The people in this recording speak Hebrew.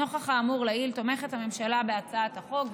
נוכח האמור לעיל תומכת הממשלה בהצעת החוק,